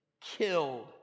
killed